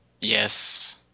Yes